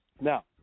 Now